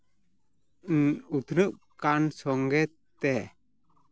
ᱩᱛᱱᱟᱹᱜ ᱠᱟᱱ ᱥᱚᱸᱜᱮ ᱛᱮ